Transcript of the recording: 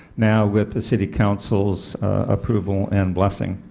now with the city council's approval, and blessing.